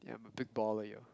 I'm a big baller yo